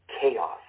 chaos